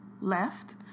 left